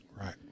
Right